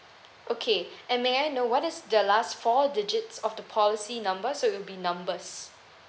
okay and may I know what is the last four digits of the policy number so it'll be numbers